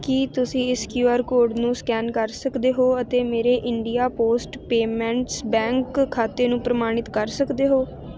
ਕੀ ਤੁਸੀਂਂ ਇਸ QR code ਨੂੰ ਸਕੈਨ ਕਰ ਸਕਦੇ ਹੋ ਅਤੇ ਮੇਰੇ ਇੰਡੀਆ ਪੋਸਟ ਪੇਮੈਂਟਸ ਬੈਂਕ ਖਾਤੇ ਨੂੰ ਪ੍ਰਮਾਣਿਤ ਕਰ ਸਕਦੇ ਹੋ